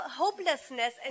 hopelessness